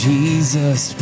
Jesus